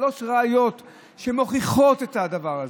אני אביא לכם שלוש ראיות שמוכיחות את הדבר הזה.